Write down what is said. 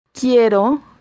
Quiero